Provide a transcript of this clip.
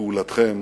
לפעולתכם